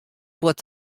fuort